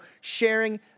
sharing